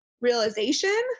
realization